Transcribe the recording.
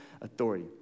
authority